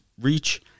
reach